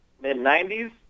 mid-90s